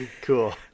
Cool